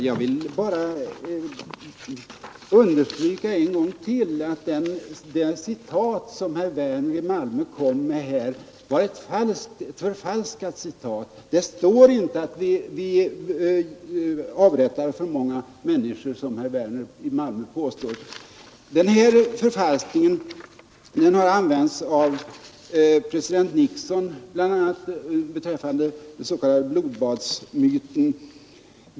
Herr talman! Jag vill bara än en gång understryka att det citat som herr Werner i Malmö kom med var ett förfalskat citat. Det står inte, som herr Werner i Malmö påstår, att ”vi avrättade för många människor”. De här förfalskningarna av Hoang Van Chi har använts av bl.a. president Nixon som underlag för den s.k. blodbadsmyten.